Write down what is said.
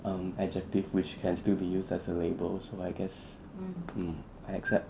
um adjective which can still be used as a label so I guess mm I accept